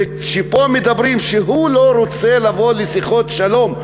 שפה מדברים שהוא לא רוצה לבוא לשיחות שלום,